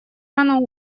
рано